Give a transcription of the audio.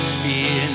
fear